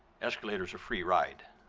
escalator is a free ride,